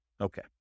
Okay